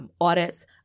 Audits